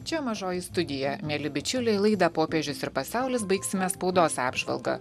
čia mažoji studija mieli bičiuliai laidą popiežius ir pasaulis baigsime spaudos apžvalga